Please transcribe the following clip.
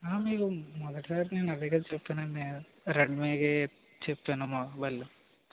ఆ మీరు మొదట నేను అదే కదా చెప్తున్నాను నేను రగ్ మే చెప్తున్నాము వాళ్ళు